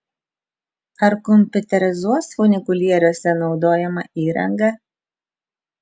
ar kompiuterizuos funikulieriuose naudojamą įrangą